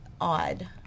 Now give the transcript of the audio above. odd